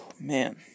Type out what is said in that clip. Man